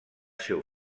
seu